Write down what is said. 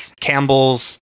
Campbell's